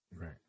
right